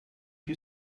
you